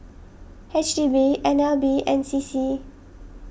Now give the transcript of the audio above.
H D B N L B and C C